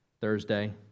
Thursday